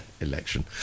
election